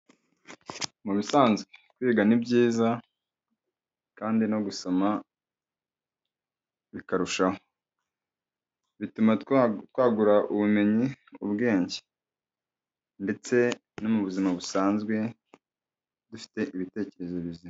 Mu bisanzwe kwiga ni byiza kandi no gusoma bikarushaho bituma twagura ubumenyi. ubwenge ndetse no mu buzima busanzwe dufite ibitekerezo bizima.